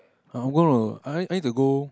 I want to I I need to go